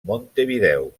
montevideo